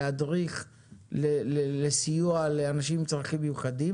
להדריך ולסייע לאנשים עם צרכים מיוחדים.